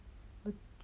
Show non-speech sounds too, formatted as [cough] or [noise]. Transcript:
[noise]